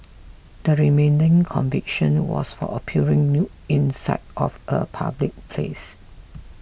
the remaining conviction was for appearing nude in sight of a public place